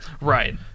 Right